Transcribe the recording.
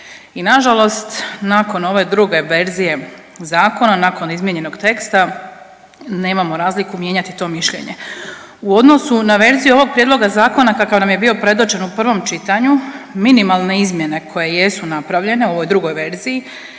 I na žalost nakon ove druge verzije zakona, nakon izmijenjenog teksta nemamo razliku mijenjati to mišljenje. U odnosu na verzije ovog prijedloga zakona kakav nam je bio predočen u prvom čitanju minimalne izmjene koje jesu napravljene u ovoj drugoj verziji